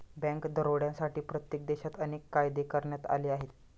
bank दरोड्यांसाठी प्रत्येक देशात अनेक कायदे करण्यात आले आहेत